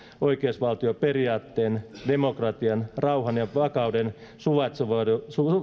oikeusvaltioperiaatteen demokratian rauhan ja vakauden suvaitsevaisuuden